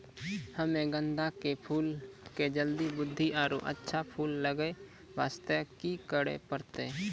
हम्मे गेंदा के फूल के जल्दी बृद्धि आरु अच्छा फूल लगय वास्ते की करे परतै?